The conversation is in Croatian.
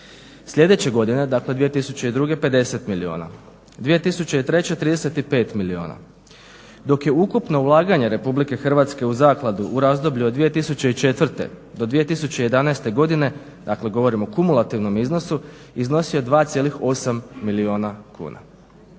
Sljedeće godine dakle 2002. 50 milijuna, 2003. 35 milijuna, dok je ukupno ulaganje RH u zakladu u razdoblju od 2004. do 2011.godine dakle govorim o kumulativnom iznosu iznosilo je 2,8 milijuna kuna.